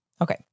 Okay